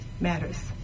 matters